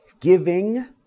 giving